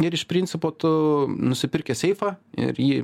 ir iš principo tu nusipirkęs seifą ir jį